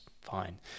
Fine